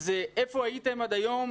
היא היכן הייתם עד היום.